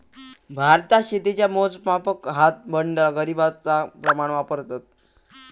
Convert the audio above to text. भारतात शेतीच्या मोजमापाक हात, बंडल, जरीबचा प्रमाण वापरतत